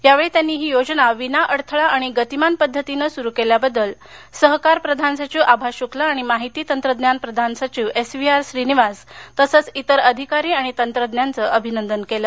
यावेळी त्यांनी ही योजना विना अडथळा आणि गतिमान पद्धतीने सुरु केल्याबद्धल सहकार प्रधान सचिव आभा शुक्ला आणि माहिती तंत्रज्ञान प्रधान सचिव एस व्ही आर श्रीनिवास तसेच इतर अधिकारी आणि तंत्रज्ञांच अभिनंदन केल